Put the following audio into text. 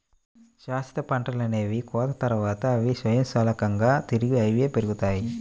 శాశ్వత పంటలనేవి కోత తర్వాత, అవి స్వయంచాలకంగా తిరిగి అవే పెరుగుతాయి